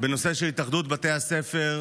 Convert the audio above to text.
בנושא של התאחדות בתי הספר,